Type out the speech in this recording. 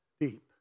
deep